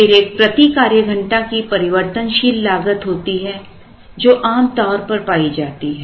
फिर एक प्रति कार्यघंटा की परिवर्तनशील लागत होती है जो आमतौर पर पाई जाती है